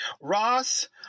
Ross